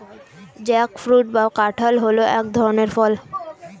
jackfruit বা কাঁঠাল হল এক ধরনের ফল